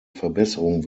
verbesserung